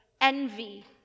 envy